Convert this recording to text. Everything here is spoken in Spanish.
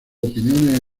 opiniones